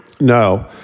No